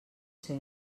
ser